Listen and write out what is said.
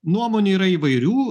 nuomonių yra įvairių